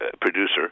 producer